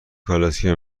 کالسکه